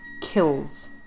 kills